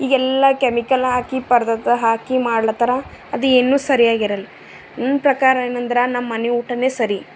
ಈಗೆಲ್ಲ ಕೆಮಿಕಲ್ ಹಾಕಿ ಪದಾರ್ಥ ಹಾಕಿ ಮಾಡ್ಲತ್ತಾರ ಅದು ಏನು ಸರಿಯಾಗಿರಲ್ಲ ನನ್ನ ಪ್ರಕಾರ ಏನಂದ್ರೆ ನಮ್ಮಮನೆ ಊಟನೇ ಸರಿ